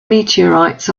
meteorites